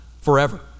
Forever